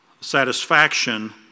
Satisfaction